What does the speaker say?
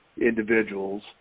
individuals